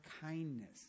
kindness